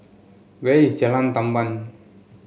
where is Jalan Tamban